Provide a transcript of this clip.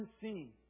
unseen